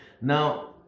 Now